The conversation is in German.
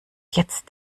jetzt